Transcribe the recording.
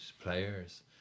players